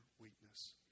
weakness